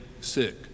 sick